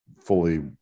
fully